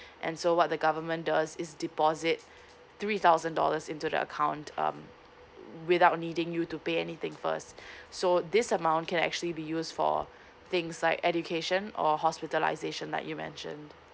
and so what the government does is deposit three thousand dollars into the account um without needing you to pay anything first so this amount can actually be use for things like education or hospitalization like you mentioned